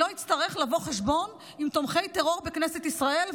אצטרך לבוא חשבון עם תומכי טרור בכנסת ישראל.